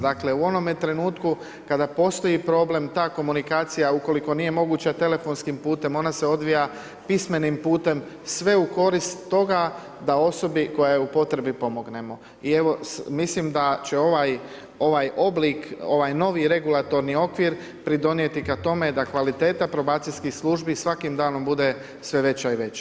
Dakle, u onome trenutku kada postoji problem, ta komunikacija ukoliko nije moguća telefonskim putem, ona se odvija pismenim putem, sve u korist toga da osobi koja je u potrebi pomognemo i evo mislim da će ovaj oblik, ovaj novi regulatorni okvir, pridonijeti ka tome da kvaliteta probacijskih službi svakim danom bude sve veća i veća.